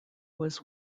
was